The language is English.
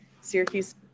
Syracuse